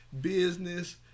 business